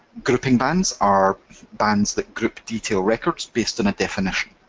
grouping bands are bands that group detail records based on a definition.